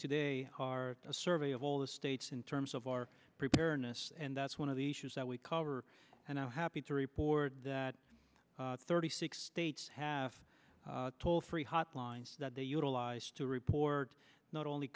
today a survey of all the states in terms of our preparedness and that's one of the issues that we cover and i'm happy to report that thirty six states have toll free hotline that they utilize to report not only